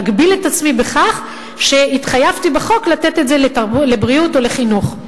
אגביל את עצמי בכך שהתחייבתי בחוק לתת את זה לבריאות או לחינוך?